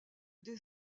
des